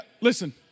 listen